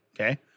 okay